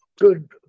good